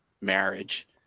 marriage